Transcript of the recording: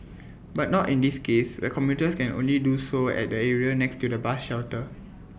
but not in this case where commuters can only do so at the area next to the bus shelter